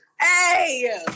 Hey